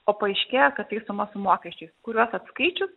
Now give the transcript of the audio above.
o paaiškėja kad tai suma su mokesčiais kuriuos atskaičius